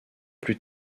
plus